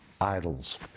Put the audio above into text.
idols